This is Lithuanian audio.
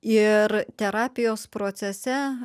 ir terapijos procese